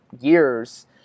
years